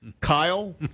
Kyle